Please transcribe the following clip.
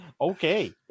Okay